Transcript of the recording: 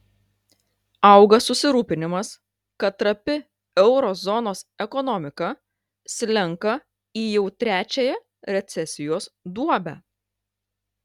auga susirūpinimas kad trapi euro zonos ekonomika slenka į jau trečiąją recesijos duobę